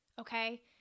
okay